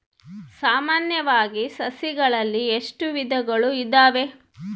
ಸಾಮಾನ್ಯವಾಗಿ ಸಸಿಗಳಲ್ಲಿ ಎಷ್ಟು ವಿಧಗಳು ಇದಾವೆ?